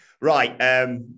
Right